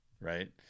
right